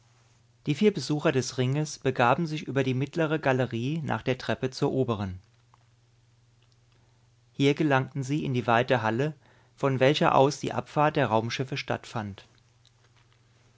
die vier besucher des ringes begaben sich über die mittlere galerie nach der treppe zur oberen hier gelangten sie in die weite halle von welcher aus die abfahrt der raumschiffe stattfand